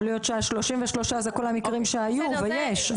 יכול להיות שה-33 זה כל המקרים שהיו, ויש.